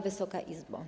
Wysoka Izbo!